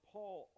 Paul